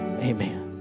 amen